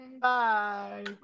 Bye